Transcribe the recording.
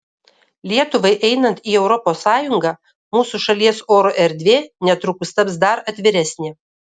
lietuvai einant į europos sąjungą mūsų šalies oro erdvė netrukus taps dar atviresnė